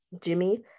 Jimmy